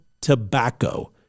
tobacco